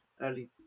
early